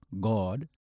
God